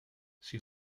she